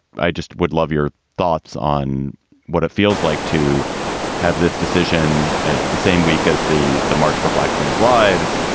i just would love your thoughts on what it feels like to have this decision ah the same week as the the march for black trans lives,